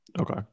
Okay